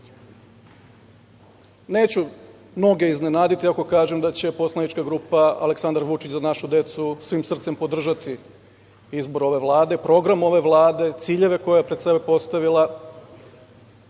neću mnoge iznenaditi ako kažem da će poslanička grupa „Aleksandar Vučić – Za našu decu“ svim srcem podržati izbor ove Vlade, program ove Vlade, ciljeve koje je pred sebe postavila,